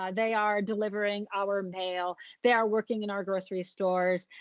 ah they are delivering our mail. they are working in our grocery stores.